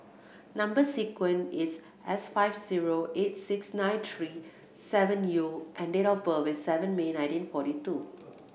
number sequence is S five zero eight six nine three seven U and date of birth is seven May nineteen forty two